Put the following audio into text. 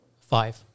Five